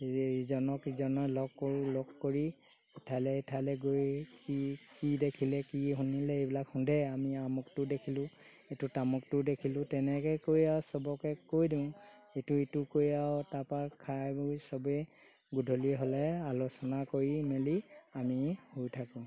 ইজনক ইজনে লগ কৰোঁ লগ কৰি ইঠাইলৈ সিঠাইলৈ গৈ কি কি দেখিলে কি শুনিলে এইবিলাক সুধে আমি আমুকটো দেখিলোঁ এইটো তামুকটো দেখিলোঁ তেনেকৈ কৰি আৰু চবকে কৈ দিওঁ এইটো এইটো কৈ আৰু তাৰপৰা খাই বৈ চবেই গধূলি হ'লে আলোচনা কৰি মেলি আমি শুই থাকোঁ